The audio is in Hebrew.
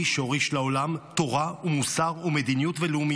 שהוריש לעולם תורה ומוסר ומדיניות ולאומיות.